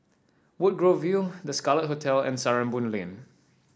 Woodgrove View The Scarlet Hotel and Sarimbun Lane